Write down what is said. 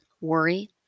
Worry